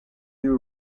you